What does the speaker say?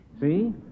See